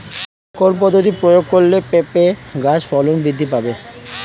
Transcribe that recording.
কোন পদ্ধতি প্রয়োগ করলে পেঁপে গাছের ফলন বৃদ্ধি পাবে?